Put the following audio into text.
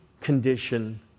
condition